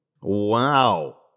Wow